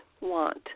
want